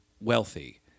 wealthy